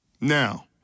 Now